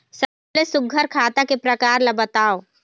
सबले सुघ्घर खाता के प्रकार ला बताव?